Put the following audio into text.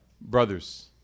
brothers